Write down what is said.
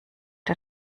der